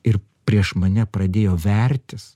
ir prieš mane pradėjo vertis